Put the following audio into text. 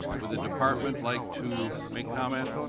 would the department like to make comment?